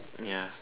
ya